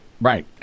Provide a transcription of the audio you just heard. Right